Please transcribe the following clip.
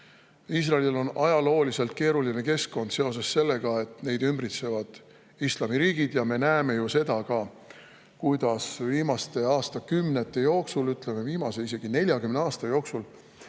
Iisraelil on ajalooliselt keeruline keskkond seoses sellega, et neid ümbritsevad islamiriigid. Me näeme ka seda, kuidas viimaste aastakümnete jooksul, isegi viimase 40 aasta jooksul